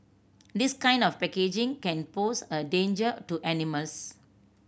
this kind of packaging can pose a danger to animals